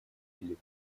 или